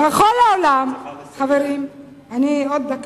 עוד דקה.